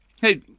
Hey